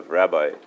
rabbi